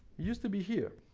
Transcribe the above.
used to be here.